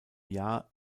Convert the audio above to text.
jahr